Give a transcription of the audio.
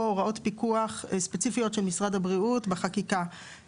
הוראות פיקוח ספציפיות של משרד הבריאות בחקיקה.